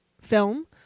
film